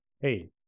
Hey